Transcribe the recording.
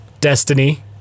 Destiny